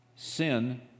Sin